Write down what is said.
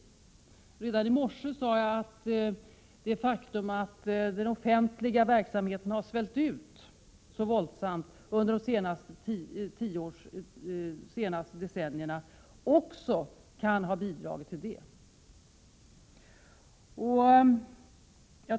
Jag sade redan i morse att också det faktum att den offentliga verksamheten har svällt ut så våldsamt under de senaste decennierna kan ha bidragit till detta.